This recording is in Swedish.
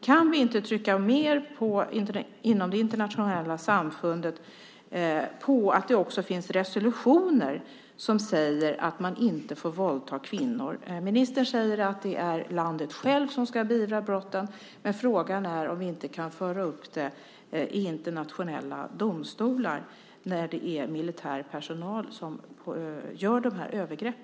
Kan vi inte trycka på mer inom det internationella samfundet på att det också finns resolutioner som säger att man inte får våldta kvinnor? Ministern säger att det är landet självt som ska beivra brotten, men frågan är om vi inte kan föra upp det i internationella domstolar när det är militär personal som gör dessa övergrepp?